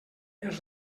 els